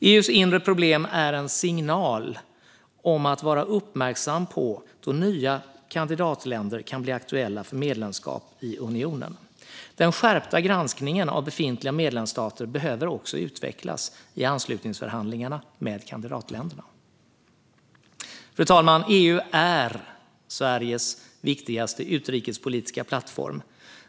EU:s inre problem är en signal att vara uppmärksam på då nya kandidatländer kan bli aktuella för medlemskap i unionen. Den skärpta granskningen av befintliga medlemsstater behöver också utvecklas i anslutningsförhandlingarna med kandidatländerna. Fru talman! EU är Sveriges viktigaste utrikespolitiska plattform.